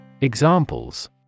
Examples